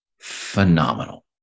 phenomenal